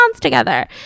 together